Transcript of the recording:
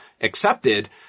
accepted